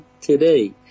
today